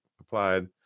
applied